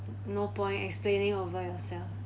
no point explaining over yourself